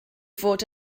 fod